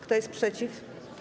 Kto jest przeciw?